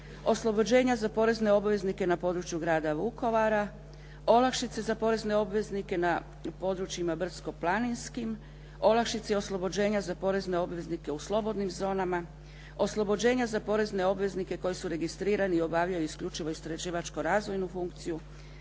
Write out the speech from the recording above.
oslobođenja za porezne obveznike na području grada Vukovara, olakšice za porezne obveznike na područjima brdsko-planinskim, olakšice i oslobođenja za porezne obveznike u slobodnim zonama, oslobođenja za porezne obveznike koji su registrirani i obavljaju isključivo istraživačko-razvojnu funkciju.